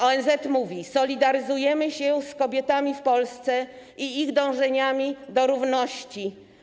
ONZ mówi: Solidaryzujemy się z kobietami w Polsce i ich dążeniami do równości.